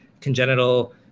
congenital